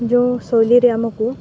ଯେଉଁ ଶୈଳୀରେ ଆମକୁ